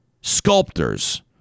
sculptors